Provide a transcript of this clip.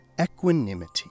equanimity